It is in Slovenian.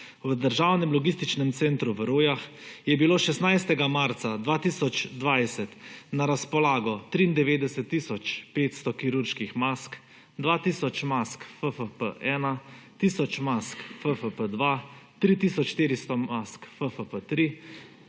V državnem logističnem centru v Rojah je bilo 16. marca 2020 na razpolago 93 tisoč 500 kirurških mask, 2 tisoč mask FFP1, tisoč mask FFP2, 3 tisoč 400 mask FFP3,